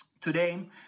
Today